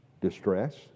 Distress